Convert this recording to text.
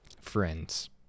friends